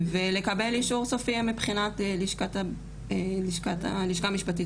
ולקבל אישור סופי מבחינת הלשכה המשפטית